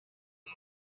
are